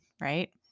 right